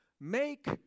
Make